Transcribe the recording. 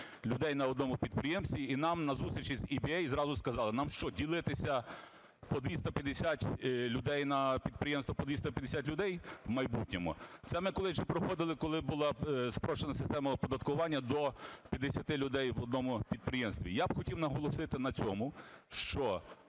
людей на одному підприємстві. І нам на зустрічі з EBA зразу сказали: нам що, ділитися по 250 людей на підприємства, по 250 людей в майбутньому? Це ми проходили, коли була спрощена система оподаткування, до 50 людей в одному підприємстві. Я б хотів наголосити на цьому, що